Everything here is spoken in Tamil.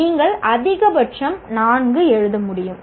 நீங்கள் அதிகபட்சம் நான்கு எழுத முடியும்